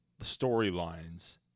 storylines